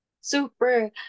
Super